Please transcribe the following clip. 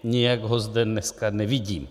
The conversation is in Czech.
Nijak ho zde dneska nevidím.